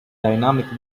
dynamic